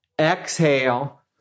Exhale